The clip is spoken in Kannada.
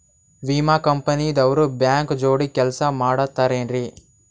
ವಿಮಾ ಕಂಪನಿ ದವ್ರು ಬ್ಯಾಂಕ ಜೋಡಿ ಕೆಲ್ಸ ಮಾಡತಾರೆನ್ರಿ?